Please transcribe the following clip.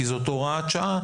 כי זאת הוראת שעה,